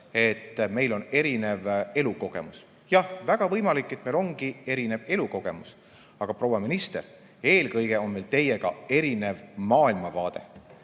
et meil on erinev elukogemus. Jah, väga võimalik, et meil ongi erinev elukogemus, aga, proua minister, eelkõige on meil teiega erinev maailmavaade.